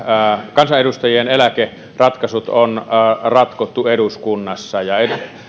kansanedustajien eläkeratkaisut on ratkottu eduskunnassa ja